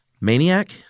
Maniac